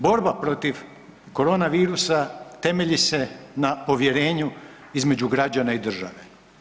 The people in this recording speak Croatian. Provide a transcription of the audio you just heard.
Borba protiv korona virusa temelji se na povjerenju između građana i države.